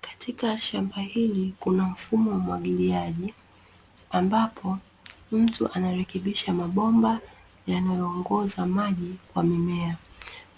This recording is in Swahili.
Katika shamba hili, kuna mfumo wa umwagiliaji ambapo, mtu anarekebisha mabomba yanayoongoza maji kwa mimea.